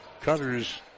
Cutters